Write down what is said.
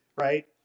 right